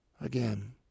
Again